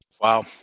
Wow